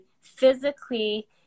physically